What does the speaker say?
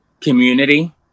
community